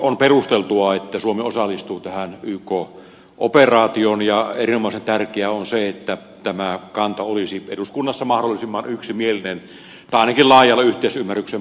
on perusteltua että suomi osallistuu tähän yk operaatioon ja erinomaisen tärkeää on se että tämä kanta olisi eduskunnassa mahdollisimman yksimielinen tai ainakin laajalla yhteisymmärryksen pohjalla